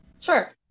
Sure